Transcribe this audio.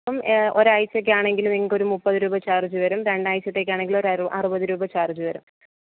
അപ്പം ഒരാഴ്ച്ചക്കാണെങ്കിൽ നിങ്ങൾക്കൊരു മുപ്പത് രൂപ ചാർജ് വരും രണ്ടാഴ്ച്ചത്തേക്കാണെങ്കിലൊരറ് അറുപത് രൂപ ചാർജ് വരും